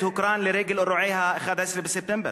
הסרט הוקרן לרגל אירועי ה-11 בספטמבר,